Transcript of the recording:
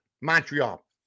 Montreal